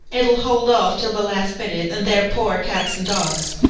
it'll hold off till the last minute and then pour cats and dogs.